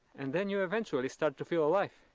and then you eventually start to feel alive.